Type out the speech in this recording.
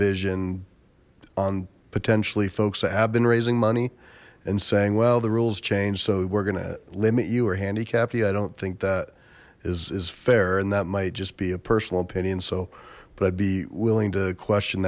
provision on potentially folks that have been raising money and saying well the rules change so we're gonna limit you or handicapped yeah i don't think that is fair and that might just be a personal opinion so but i'd be willing to question